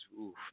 oof